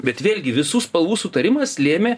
bet vėlgi visų spalvų sutarimas lėmė